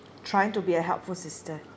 trying to be a helpful sister